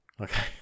Okay